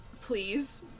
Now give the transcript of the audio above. Please